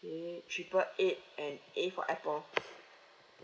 okay triple eight and a for apple